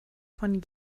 von